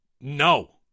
No